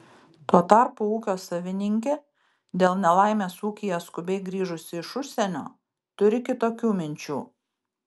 tuo tarpu ūkio savininkė dėl nelaimės ūkyje skubiai grįžusi iš užsienio turi kitokių minčių